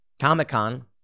Comic-Con